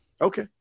okay